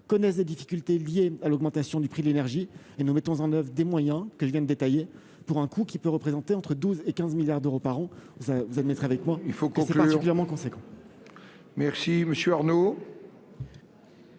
connaissent des difficultés liées à l'augmentation du prix de l'énergie et nous mettons en oeuvre des mesures, que je viens de détailler, pour un coût qui pourra représenter entre 12 milliards et 15 milliards d'euros par an. Vous admettrez avec moi que c'est considérable. La parole est à M. Jean-Michel Arnaud,